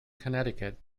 connecticut